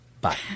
Bye